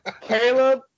Caleb